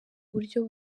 buryo